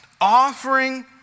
offering